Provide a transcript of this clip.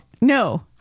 No